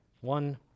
One